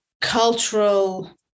cultural